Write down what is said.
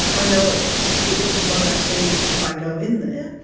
i know it because of what i see if i go in there.